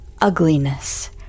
ugliness